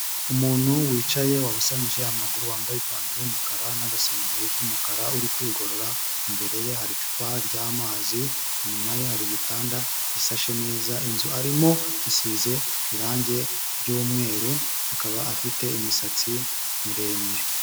Umuntu wicaye wabusanyije amaguru wambaye ipantaro y'umukara n'agasengeri k'umukara uri kwigorora, imbere ye hari icupa ry'amazi inyuma ye har'igitanda gisashe neza, inzu arimo isize irangi ry'umweru, akaba afite imisatsi miremire.